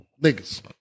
niggas